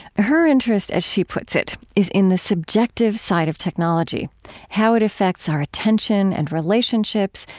her interest, as she puts it, is in the subjective side of technology how it affects our attention and relationships,